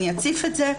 אני אציף את זה,